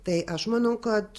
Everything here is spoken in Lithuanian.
tai aš manau kad